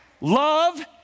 Love